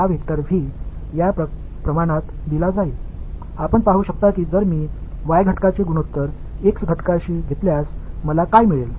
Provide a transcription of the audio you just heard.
எனவே இந்த vector V இங்கே இந்த அளவைக் கொடுக்கப் போகிறது நான் y கூறுகளின் விகிதத்தை x கூறுக்கு எடுத்துக் கொண்டால் எனக்கு கிடைக்கும்